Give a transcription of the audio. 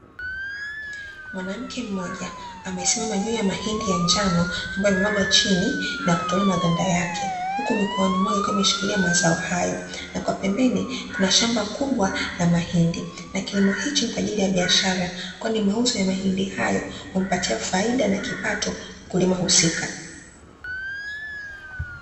Mwanamke mmoja amesimama juu ya mahindi ya njano ambayo yamemwangwa chini na kutolewa maganda yake, huku mikononi mwake akiwa ameshikilia mazao hayo, na kwa pembeni kuna shamba kubwa la mahindi. Na kilimo hichi ni kwa ajili ya biashara kwani mauzo ya mahindi hayo humpatia faida na kipato mkulima husika.